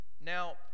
Now